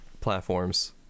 platforms